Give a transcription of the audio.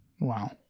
Wow